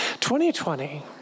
2020